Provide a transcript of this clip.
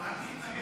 יש רק מתנגד